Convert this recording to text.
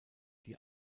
die